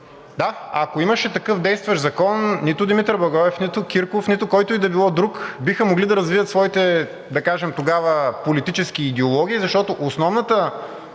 да, ако имаше такъв действащ закон, нито Димитър Благоев, нито Кирков, нито който и да било друг биха могли да развият своите, да кажем, тогава политически идеологии, защото основната